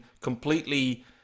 completely